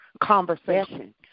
conversation